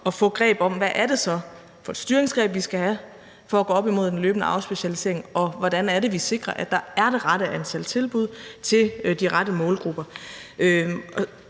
at få greb om, hvad det så er for et styringsgreb, vi skal have, for at gå op imod en løbende afspecialisering, og hvordan det er, vi sikrer, at der er det rette antal tilbud til de rette målgrupper.